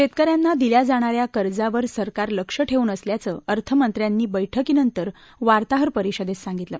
शेतकऱ्यांना दिल्या जाणाऱ्या कर्जावर सरकार लक्ष ठेवून असल्याचं अर्थमंत्र्यांनी बैठकीनंतर वार्ताहर परिषदेत सांगितलं